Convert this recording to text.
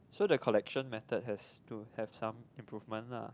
so the collection method has to have some improvement lah